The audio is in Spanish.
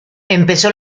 empezó